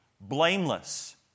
blameless